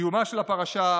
סיומה של הפרשה: